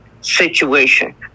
situation